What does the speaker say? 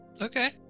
Okay